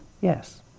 yes